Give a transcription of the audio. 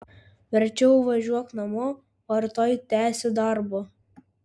verčiau važiuok namo o rytoj tęsi darbą